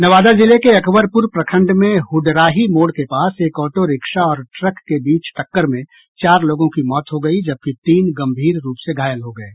नवादा जिले के अकबरप्र प्रखंड में हुडराही मोड़ के पास एक ऑटो रिक्शा और ट्रक के बीच टक्कर में चार लोगों की मौत हो गयी जबकि तीन गम्भीर रूप से घायल हो गये